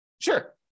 Sure